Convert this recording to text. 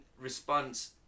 response